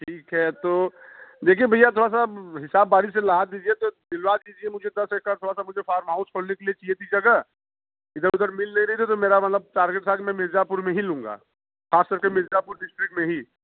ठीक है तो देखिए भैया थोड़ा सा हिसाब बारी से लगा दीजिए तो दिलवा दीजिए मुझे दस एकड़ थोड़ा सा मुझे फार्म हाउस खोलने के लिए चाहिए थी जगह इधर उधर मिल नहीं रही थी तो मेरा मतलब टार्गेट था कि मैं मिर्ज़ापुर में ही लूँगा ख़ास करके मिर्ज़ापुर डिस्ट्रिक में ही